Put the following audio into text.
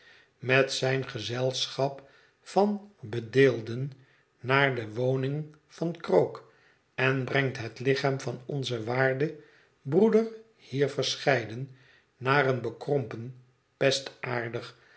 met zijn gezelschap van bedeelden naar de woning van krook en brengt het lichaam van onzen waarden broeder hier verscheiden naar een bekrompen